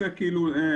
בעסק.